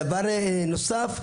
דבר נוסף,